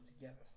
together